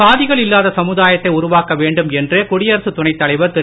சாதிகள் இல்லாத சமுதாயத்தை உருவாக்க வேண்டும் என்று குடியரசு துணைத் தலைவர் திரு